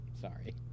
Sorry